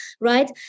right